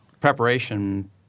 preparation